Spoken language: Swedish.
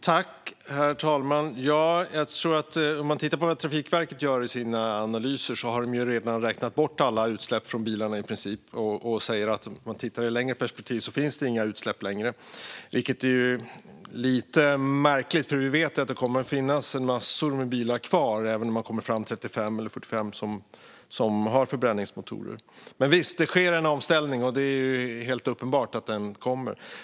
Herr talman! I sina analyser har Trafikverket redan räknat bort i princip alla utsläpp från bilarna. I ett längre perspektiv finns det inga utsläpp längre, säger man. Det är lite märkligt, för vi vet att det kommer att finnas kvar massor av bilar med förbränningsmotorer även 2045. Men visst sker det en omställning. Det är helt uppenbart att den kommer.